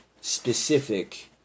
specific